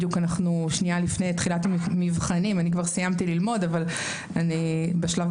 אנחנו בדיוק שנייה לפני תחילת המבחנים ואני חושבת